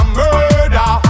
murder